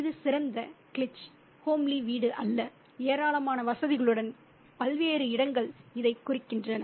இது சிறந்த cliche homely வீடு அல்ல ஏராளமான வசதிகளுடன் பல்வேறு இடங்கள் இதைக் குறிக்கின்றன